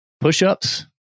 Push-ups